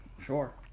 sure